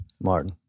Martin